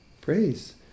praise